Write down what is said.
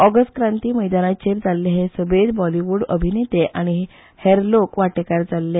ऑगस्ट क्रांती मैदानाचेर जाल्ले हे सभेत बॉलीवुड अभिनेते आनी हेर लोक वाटेकार जाल्ले